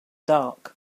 dark